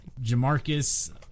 Jamarcus